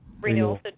Renewal